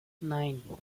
nine